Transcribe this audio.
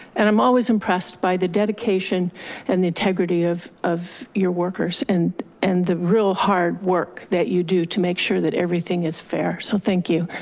and i'm always impressed by the dedication and the integrity of of your workers, and and the real hard work that you do to make sure that everything is fair. so thank you.